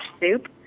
soup